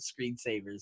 screensavers